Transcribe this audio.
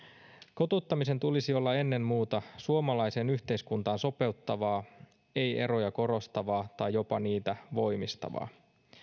kotouttamisen tulisi olla ennen muuta suomalaiseen yhteiskuntaan sopeuttavaa ei eroja korostavaa tai jopa niitä voimistavaa